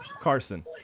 Carson